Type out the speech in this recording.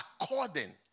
according